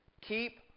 keep